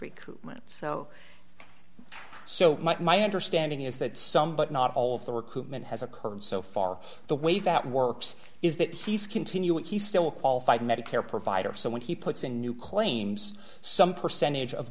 recruitment so so my understanding is that some but not all of the recruitment has occurred so far the way that works is that he's continuing he's still qualified medicare providers so when he puts in new claims some percentage of